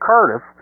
Curtis